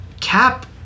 Cap